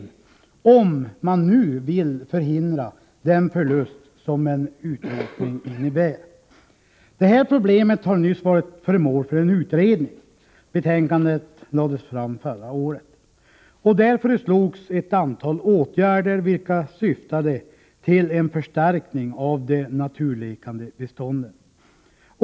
I annat fall kan man inte förhindra den förlust som en utrotning innebär. Detta problem har nyss varit föremål för en utredning, och betänkandet lades fram under förra året. Där föreslogs ett antal åtgärder, vilka syftade till en förstärkning av de naturlekande bestånden.